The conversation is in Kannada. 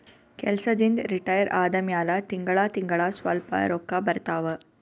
ಕೆಲ್ಸದಿಂದ್ ರಿಟೈರ್ ಆದಮ್ಯಾಲ ತಿಂಗಳಾ ತಿಂಗಳಾ ಸ್ವಲ್ಪ ರೊಕ್ಕಾ ಬರ್ತಾವ